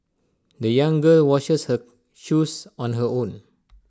the young girl washes her shoes on her own